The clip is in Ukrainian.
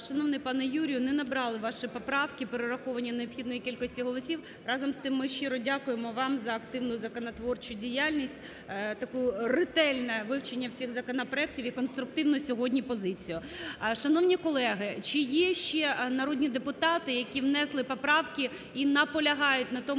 Шановний пане Юрію, не набрали ваші поправки перераховані необхідної кількості голосів. Разом з тим, ми щиро дякуємо вам за активну законотворчу діяльність, таке ретельне вивчення всіх законопроектів і конструктивну сьогодні позицію. Шановні колеги! Чи є ще народні депутати, які внесли поправки і наполягають на тому,